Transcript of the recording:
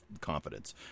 confidence